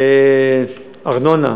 ארנונה.